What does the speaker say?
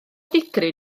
digri